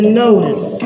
notice